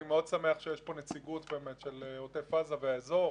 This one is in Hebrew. אני מאוד שמח שיש פה נציגות באמת של עוטף עזה והאזור,